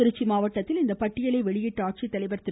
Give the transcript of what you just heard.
திருச்சி மாவட்டத்தில் இப்பட்டியலை வெளியிட்ட ஆட்சித் தலைவர் திரு